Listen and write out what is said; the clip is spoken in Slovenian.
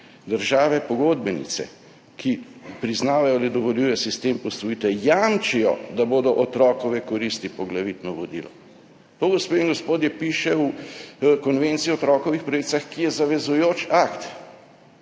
Države pogodbenice, ki priznavajo ali dovoljujejo sistem posvojitve, jamčijo, da bodo otrokove koristi poglavitno vodilo. To, gospe in gospodje, piše v Konvenciji o otrokovih pravicah, ki je zavezujoč akt.